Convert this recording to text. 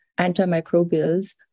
antimicrobials